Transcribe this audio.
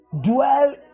Dwell